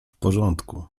porządku